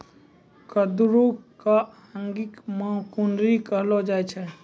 कुंदरू कॅ अंगिका मॅ कुनरी कहलो जाय छै